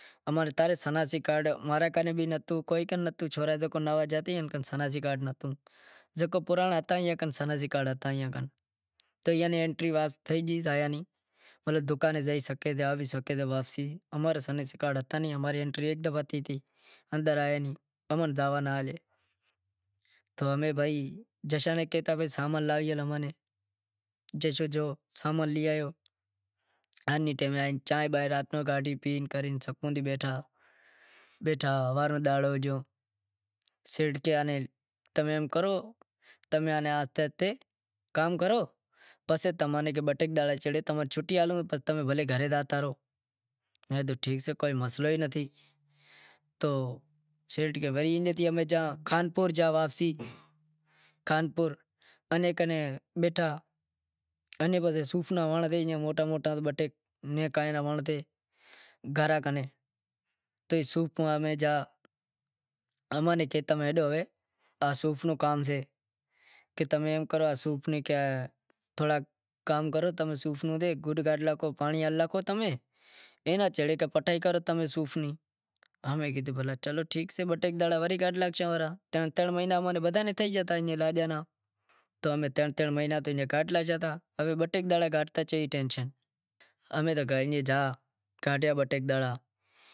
امارے کن سناسی کارڈ نتھو، ماں رے کن بھی نتھو سورا زکا نوا زاشیں ایئاں کن سناسی کارڈ نتھو، جکو پرانڑاں ہتا ایئاں کن سناسی کارڈ ہتا تو ایئاں ری انٹری تھے گئی زایاں نی، مطلب دکان زائی سگھیں تا، امارے کن سناسی کارڈ نتھی تو اماری ایک دفعو انٹری تھی پنڑ باہر زانونڑ ری اجازت ناں زڑتی، تو اماں نیں کیدہو کہ صوف نو کام سے کہ تمیں صوف نو کام کرو، اینے چھیڑے بٹائی کرو امیں کیدہو ٹھیک سے صفائی کرے لاشاں وڑے ترن ترن مہینڑاں امیں بدہاں ناں تھے گیا ہتا تو ترن ترن مہینڑاں امیں بٹائی کرتا امیں کڈہیا بہ ٹے دہاڑا